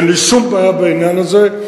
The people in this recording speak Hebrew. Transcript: אין לי שום בעיה בעניין הזה.